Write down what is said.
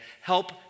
help